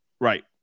Right